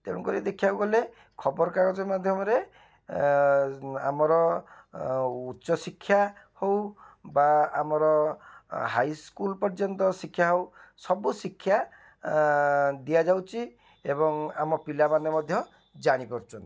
ତେଣୁକରି ଦେଖିବାକୁଗଲେ ଖବରକାଗଜ ମାଧ୍ୟମରେ ଆମର ଅ ଉଚ୍ଚଶିକ୍ଷା ହଉ ବା ଆମର ହାଇସ୍କୁଲ ପର୍ଯ୍ୟନ୍ତ ଶିକ୍ଷା ହଉ ସବୁଶିକ୍ଷା ଦିଆଯାଉଛି ଏବଂ ଆମ ପିଲାମାନେ ମଧ୍ୟ ଜାଣିପାରୁଛନ୍ତି